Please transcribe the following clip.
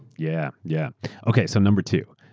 yeah yeah. okay, so number two.